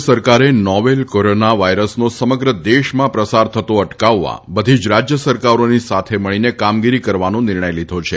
કેન્દ્ર સરકારે novel corona વાયરસનો સમગ્ર દેશમાં પ્રસાર થતો અટકાવવા બધી રાજ્યસરકારોની સાથે મળીને કામગીરી કરવાનો નિર્ણય લીધો છે